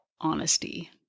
Honesty